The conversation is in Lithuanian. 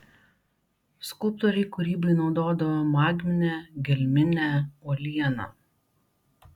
skulptoriai kūrybai naudodavo magminę gelminę uolieną